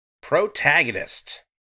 Protagonist